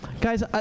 Guys